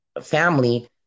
family